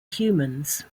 humans